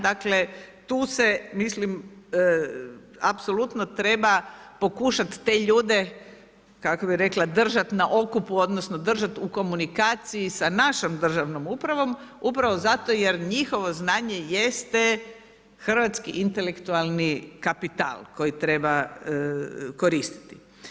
Dakle, tu se mislim apsolutno treba pokušat te ljude kako bih rekla, držat na okupu, odnosno držat u komunikaciji sa našom državnom upravom upravo zato jer njihovo znanje jeste hrvatski intelektualni kapital koji treba koristiti.